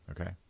okay